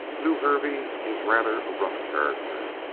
lew hervey is rather a rough character.